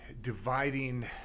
dividing